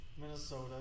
Minnesota